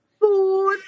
food